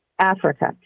Africa